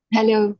Hello